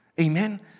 Amen